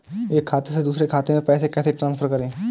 एक खाते से दूसरे खाते में पैसे कैसे ट्रांसफर करें?